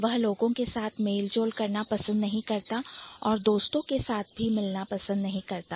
वह लोगों के साथ मेलजोल करना पसंद नहीं करता और दोस्तों के साथ भी मिलना पसंद नहीं करता